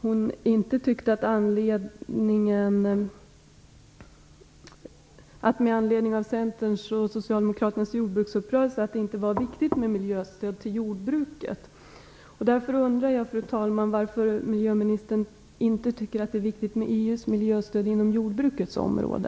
hon med anledning av Centerns och socialdemokraternas jordbruksuppgörelse inte tyckte att det var viktigt med miljöstöd till jordbruket. Därför undrar jag, fru talman, varför miljöministern inte anser att det är viktigt med EU:s miljöstöd inom jordbrukets område.